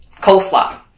Coleslaw